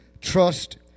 trust